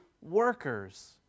workers